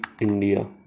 India